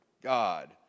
God